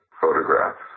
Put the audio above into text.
photographs